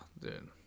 dude